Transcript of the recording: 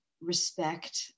respect